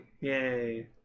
Yay